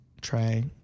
Try